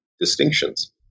distinctions